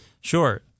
Sure